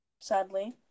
sadly